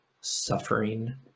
suffering